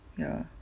ya